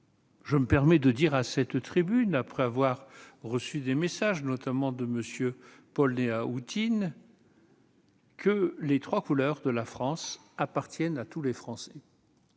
Je me permets de rappeler à cette tribune, après avoir reçu des messages, notamment, de M. Paul Néaoutyine, que les trois couleurs de la France appartiennent à tous les Français,